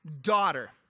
daughter